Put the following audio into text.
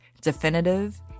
Definitive